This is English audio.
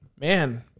man